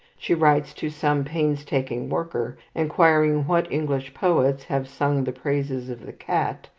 she writes to some painstaking worker, enquiring what english poets have sung the praises of the cat,